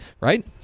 right